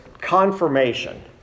confirmation